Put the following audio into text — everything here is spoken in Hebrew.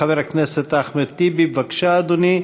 חבר הכנסת אחמד טיבי, בבקשה, אדוני.